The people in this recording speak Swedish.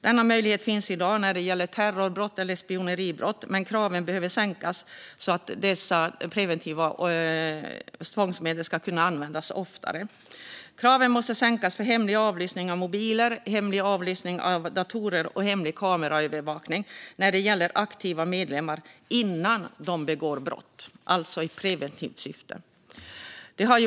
Denna möjlighet finns i dag när det gäller terrorbrott och spioneribrott, men kraven behöver sänkas så att dessa preventiva tvångsmedel ska kunna användas oftare. Kraven måste sänkas för hemlig avlyssning av mobiler, hemlig avläsning av datorer och hemlig kameraövervakning när det gäller aktiva gängmedlemmar innan de begår brott - alltså i preventivt syfte.